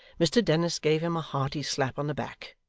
mr dennis gave him a hearty slap on the back,